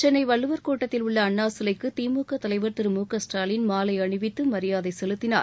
சென்னை வள்ளுவர் கோட்டத்தில் உள்ள அண்ணா சிலைக்கு திமுக தலைவர் திரு மு க ஸ்டாலின் மாலை அணிவித்து மரியாதை செலுத்தினார்